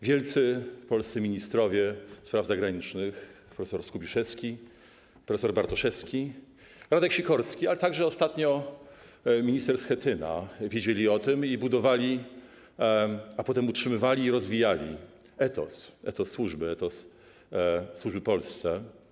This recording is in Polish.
Wielcy polscy ministrowie spraw zagranicznych, prof. Skubiszewski, prof. Bartoszewski, Radek Sikorski, ale także ostatnio minister Schetyna, wiedzieli o tym i budowali, a potem utrzymywali i rozwijali etos służby, etos służby Polsce.